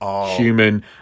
human